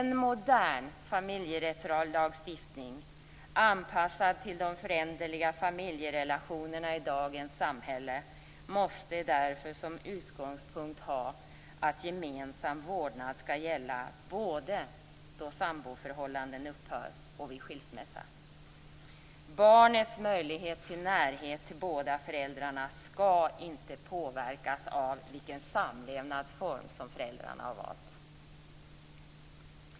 En modern familjerättslagstiftning anpassad till de föränderliga familjerelationerna i dagens samhälle måste därför som utgångspunkt ha att gemensam vårdnad skall gälla både då samboförhållanden upphör och vid skilsmässa. Barnets möjlighet till närhet till båda föräldrarna skall inte påverkas av vilken samlevnadsform som föräldrarna har valt.